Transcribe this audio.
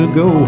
go